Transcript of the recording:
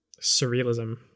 Surrealism